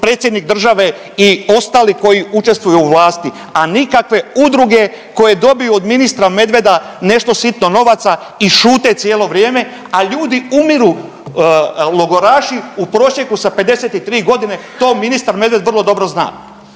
predsjednik države i ostali koji učestvuju u vlasti, a nikakve udruge koje dobiju od ministra Medveda nešto sitno novaca i šute cijelo vrijeme, a ljudi umiru logoraši u prosjeku sa 53 godine, to ministar Medved vrlo dobro zna.